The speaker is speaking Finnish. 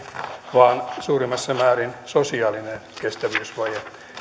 vaan suurimmassa määrin sosiaalinen kestävyysvaje